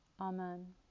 Amen